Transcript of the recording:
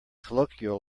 colloquial